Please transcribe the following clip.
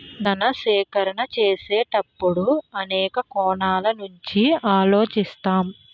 ధన సేకరణ చేసేటప్పుడు అనేక కోణాల నుంచి ఆలోచిస్తాం